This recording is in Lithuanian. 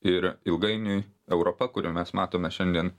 ir ilgainiui europa kurią mes matome šiandien